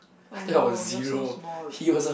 oh no you're so small